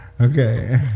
Okay